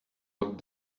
what